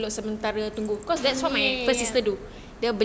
ya